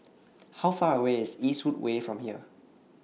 How Far away IS Eastwood Way from here